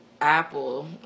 Apple